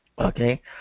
Okay